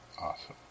Awesome